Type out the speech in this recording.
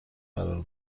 قرار